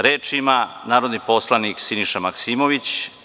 Reč ima narodni poslanik Siniša Maksimović.